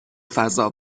فضا